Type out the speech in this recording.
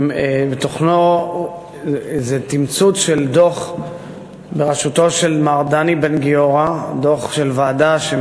שתוכנו הוא תמצות של דוח של ועדה בראשותו של מר דני בן-גיורא,